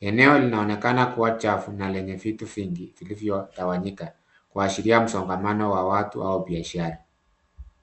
Eneo linaonekana kuwa chafu na lenye vitu vingi vilivyotawanyika kuashiria msongamano wa watu au biashara.